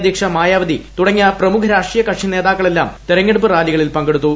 അ്യുക്ഷ മായാവതി തുടങ്ങി പ്രമുഖ രാഷ്ട്രീയ കക്ഷി നേതാക്കളെല്ലാം തെരഞ്ഞെടുപ്പ് റാലികളിൽ പങ്കെടുത്തു